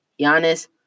Giannis